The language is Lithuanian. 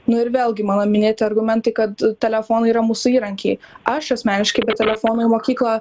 nu ir vėlgi mano minėti argumentai kad telefonai yra mūsų įrankiai aš asmeniškai be telefono mokykloje